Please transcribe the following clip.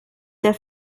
der